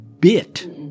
bit